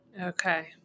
okay